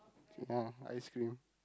ya ice cream